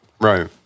Right